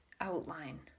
outline